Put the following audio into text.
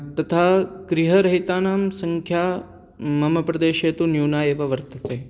तथा गृहरहितानां सङ्ख्या मम प्रदेशे तु न्यूना एव वर्तते